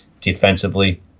defensively